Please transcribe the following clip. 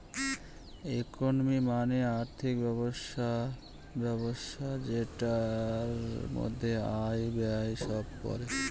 economy মানে আর্থিক ব্যবস্থা যেটার মধ্যে আয়, ব্যয় সব পড়ে